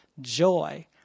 joy